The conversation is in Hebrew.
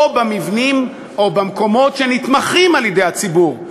או במבנים או במקומות שנתמכים על-ידי הציבור.